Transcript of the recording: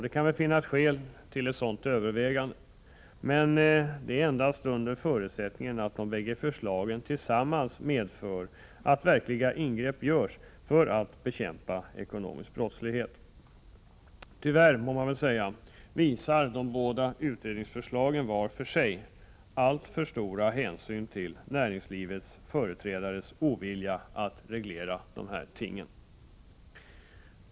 Det kan finnas skäl till ett sådant övervägande, men endast under förutsättning att förslagen tillsammans medför att verkliga ingrepp görs för att bekämpa ekonomisk brottslighet. Tyvärr, må man väl säga, visar de båda utredningsförslagen, vart för sig, alltför stora hänsyn till näringslivets företrädares ovilja att reglera dessa ting.